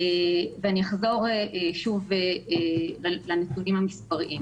אחזור שוב לנתונים המספריים.